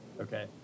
Okay